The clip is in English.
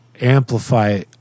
amplify